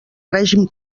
règim